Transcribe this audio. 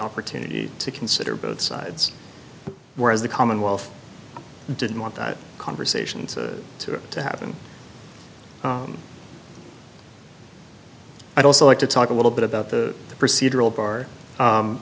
opportunity to consider both sides whereas the commonwealth didn't want that conversation to happen i'd also like to talk a little bit about the procedural bar